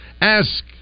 Ask